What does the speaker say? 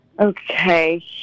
Okay